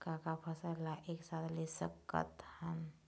का का फसल ला एक साथ ले सकत हन?